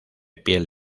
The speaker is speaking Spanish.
piel